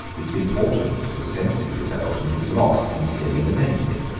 its importance was sensibly felt, and its loss sincerely lamented.